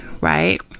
right